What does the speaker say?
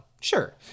sure